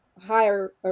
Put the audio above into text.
higher